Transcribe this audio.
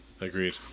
Agreed